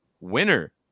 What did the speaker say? winner